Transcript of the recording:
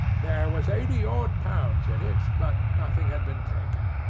there was eighty odd pounds in it, but nothing had been taken.